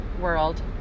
world